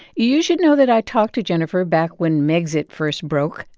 you should know that i talked to jennifer back when megxit first broke.